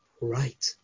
Right